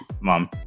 mom